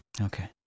okay